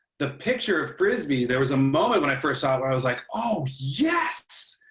the picture of frisbee there was a moment when i first saw it where i was, like, oh, yes!